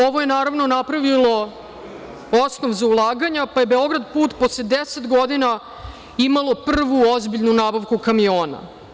Ovo je, naravno, napravilo osnov za ulaganja, pa je „Beograd-put“ posle deset godina imalo prvu ozbiljnu nabavku kamiona.